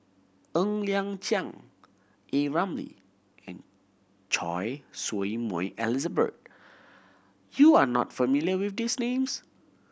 Ng Liang Chiang A Ramli and Choy Su Moi Elizabeth you are not familiar with these names